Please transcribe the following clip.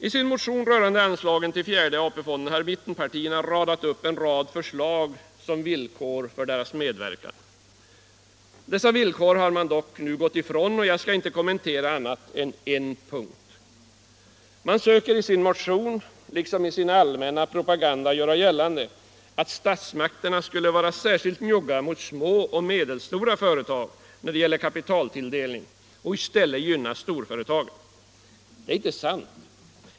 I sin motion rörande anslagen till fjärde AP-fonden hade mittenpartierna ställt upp en rad villkor för sin medverkan. Dessa villkor har man dock nu gått ifrån, och jag skall inte kommentera annat än en punkt. Man söker i sin motion, liksom i sin allmänna propaganda, göra gällande att statsmakterna skulle vara särskilt njugga mot små och medelstora företag när det gäller kapitaltilldelning och i stället gynna storföretagen. Detta är inte sant.